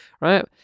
right